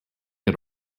get